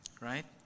right